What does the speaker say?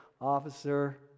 officer